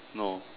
no